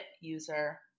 user